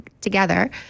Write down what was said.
together